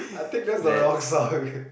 I think that's the wrong story